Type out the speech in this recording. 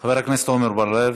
חבר הכנסת עמר בר-לב,